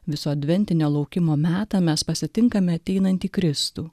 viso adventinio laukimo metą mes pasitinkame ateinantį kristų